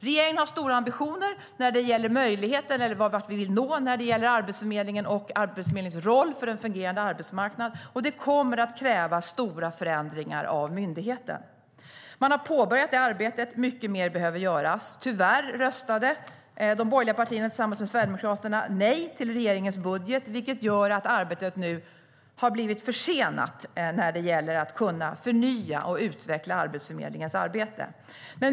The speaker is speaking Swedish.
Regeringen har stora ambitioner när det gäller vart vi vill nå när det gäller Arbetsförmedlingen och dess roll för en fungerande arbetsmarknad, och det kommer att kräva stora förändringar av myndigheten. Man har påbörjat det arbetet, men mycket mer behöver göras. Tyvärr röstade de borgerliga partierna tillsammans med Sverigedemokraterna nej till regeringens budget, vilket gör att arbetet nu har blivit försenat när det gäller att kunna förnya och utveckla Arbetsförmedlingens arbete.